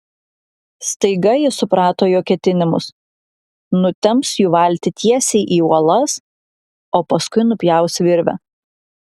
staiga ji suprato jo ketinimus nutemps jų valtį tiesiai į uolas o paskui nupjaus virvę